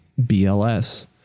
BLS